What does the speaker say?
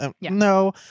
no